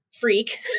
freak